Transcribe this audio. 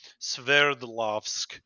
Sverdlovsk